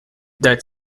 that